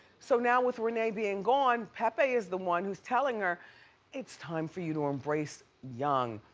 so now with rene being gone pepe is the one who's telling her it's time for you to embrace young.